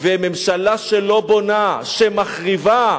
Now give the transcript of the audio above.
וממשלה שלא בונה, שמחריבה,